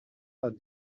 are